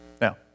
now